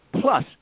Plus